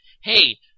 Hey